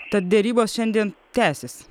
tad derybos šiandien tęsis